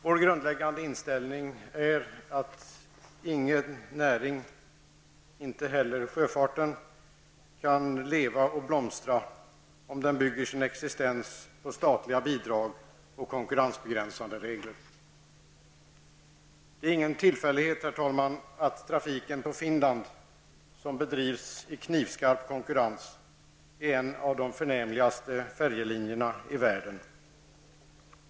Vår grundläggande inställning är att ingen näring, inte heller sjöfarten, kan leva och blomstra om den bygger sin existens på statliga bidrag och konkurrensbegränsande regler. Det är ingen tillfällighet, herr talman, att trafiken på Finland, som bedrivs i knivskarp konkurrens, är en av de förnämligaste färjelinjerna i världen.